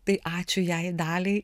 tai ačiū jai daliai